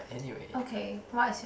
okay what is your